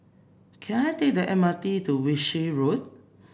can I take the M R T to Wiltshire Road